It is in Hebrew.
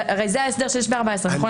הרי זה ההסדר שיש ב-14, נכון?